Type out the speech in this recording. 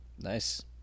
Nice